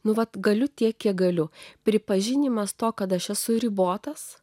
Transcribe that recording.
nuolat galiu tiek kiek galiu pripažinimas to kad aš esu ribotas